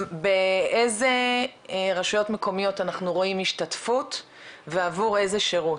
באיזה רשויות מקומיות אנחנו רואים השתתפות ועבור איזה שירות?